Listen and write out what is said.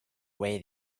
way